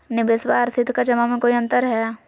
निबेसबा आर सीधका जमा मे कोइ अंतर हय?